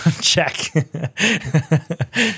check